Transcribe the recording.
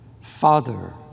Father